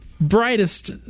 brightest